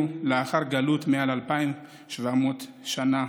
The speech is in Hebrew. לארץ ישראל לאחר גלות של למעלה מ-2,700 שנה.